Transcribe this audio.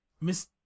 Miss